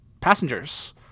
passengers